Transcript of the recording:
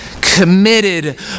committed